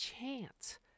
chance